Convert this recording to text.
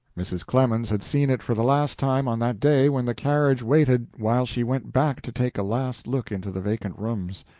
mrs. clemens had seen it for the last time on that day when the carriage waited while she went back to take a last look into the vacant rooms.